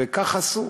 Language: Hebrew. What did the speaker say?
וכך עשו.